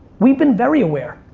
we've been very aware.